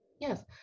Yes